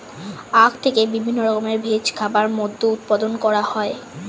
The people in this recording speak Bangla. আখ থেকে বিভিন্ন রকমের ভেষজ খাবার, মদ্য উৎপাদন করা হয়